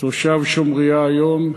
תושב שומריה היום.